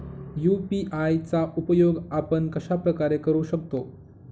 UPI चा उपयोग आपण कशाप्रकारे करु शकतो?